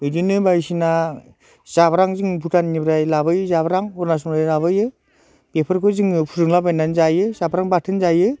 बिदिनो बायदिसिना जाब्रां जों भुटाननिफ्राय लाबोयो जाब्रां अरुनाचलनि लाबोयो बेफोरखौ जोङो फुदुंलाबायनानै जायो सामब्राम बाथोन जायो